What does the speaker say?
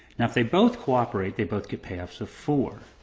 now if they both cooperate, they both get payoffs of four.